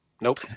nope